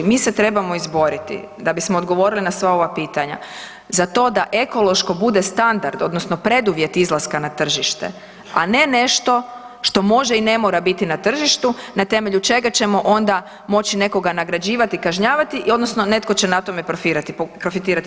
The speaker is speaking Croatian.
Mi se trebamo izboriti da bismo odgovorili na sva ova pitanja za to da ekološko bude standard, odnosno preduvjet izlaska na tržište, a ne nešto što može i ne mora biti na tržištu, na temelju čega ćemo onda moći nekoga nagrađivati, kažnjavati, odnosno netko će na to profitirati.